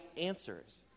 answers